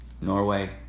Norway